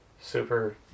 super